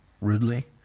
rudely